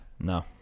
No